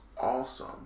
awesome